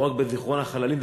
לא רק בזיכרון החללים,